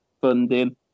funding